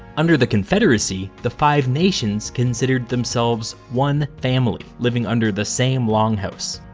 under the confederacy, the five nations considered themselves one family, living under the same longhouse.